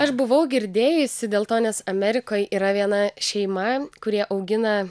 aš buvau girdėjusi dėl to nes amerikoj yra viena šeima kurie augina